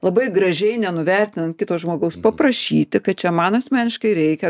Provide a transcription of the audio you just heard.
labai gražiai nenuvertinant kito žmogaus paprašyti kad čia man asmeniškai reikia